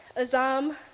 Azam